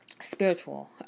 spiritual